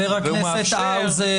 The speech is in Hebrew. חבר הכנסת האוזר.